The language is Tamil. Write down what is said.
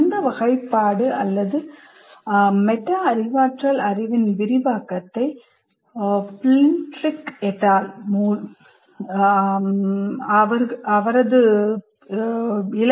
இந்த வகைப்பாடு அல்லது மெட்டா அறிவாற்றல் அறிவின் விரிவாக்கத்தை Plintrich et